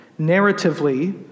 narratively